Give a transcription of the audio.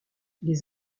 les